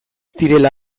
direla